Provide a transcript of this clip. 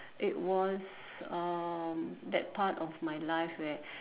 it was um that part of my life where